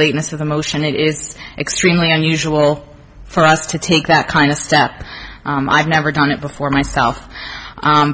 lateness of the motion it is extremely unusual for us to take that kind of step i've never done it before myself